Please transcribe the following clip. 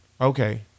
Okay